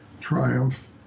triumph